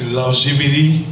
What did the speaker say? longevity